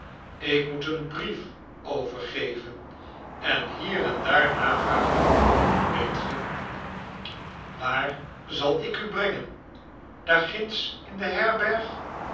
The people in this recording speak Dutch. ik moet een brief overgeven en hier en daar navraag doen weet ge waar zal ik u brengen daar ginds in de herberg